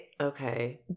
Okay